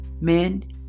Men